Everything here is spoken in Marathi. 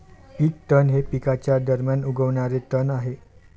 पीक तण हे पिकांच्या दरम्यान उगवणारे तण आहे